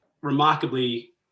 remarkably